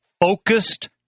focused